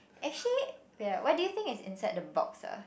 actually wait ah what do you think is inside the box ah